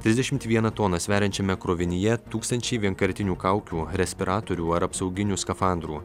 trisdešimt vieną toną sveriančiame krovinyje tūkstančiai vienkartinių kaukių respiratorių ar apsauginių skafandrų